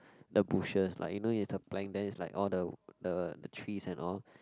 the bushes lah you know is a plank then is like all the the trees and all